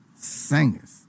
singers